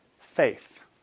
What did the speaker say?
faith